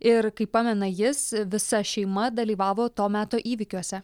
ir kaip pamena jis visa šeima dalyvavo to meto įvykiuose